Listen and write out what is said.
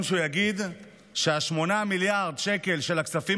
שהוא יגיד הוא ש-8 מיליארד השקל של הכספים